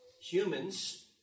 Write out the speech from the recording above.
humans